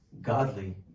godly